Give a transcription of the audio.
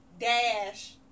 dash